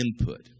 input